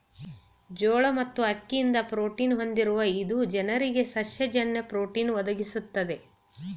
ಜೋಳ ಮತ್ತು ಅಕ್ಕಿಗಿಂತ ಪ್ರೋಟೀನ ಹೊಂದಿರುವ ಇದು ಜನರಿಗೆ ಸಸ್ಯ ಜನ್ಯ ಪ್ರೋಟೀನ್ ಒದಗಿಸ್ತದೆ